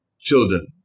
children